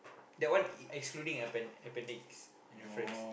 that one excluding appen~ appendix and reference